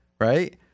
right